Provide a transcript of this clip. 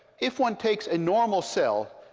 if one takes a normal cell,